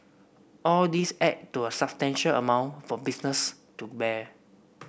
all these add to a substantial amount for business to bear